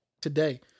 today